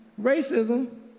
racism